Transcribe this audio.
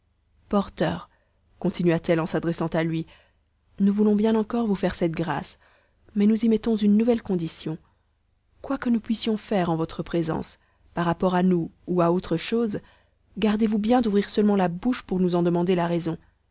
porteur continua-t-elle en s'adressant à lui nous voulons bien encore vous faire cette grâce mais nous y mettons une nouvelle condition quoi que nous puissions faire en votre présence par rapport à nous ou à autre chose gardez-vous bien d'ouvrir seulement la bouche pour nous en demander la raison